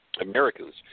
americans